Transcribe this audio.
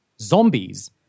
zombies